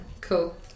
Cool